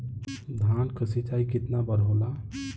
धान क सिंचाई कितना बार होला?